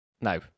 no